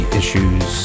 issues